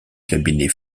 cabinets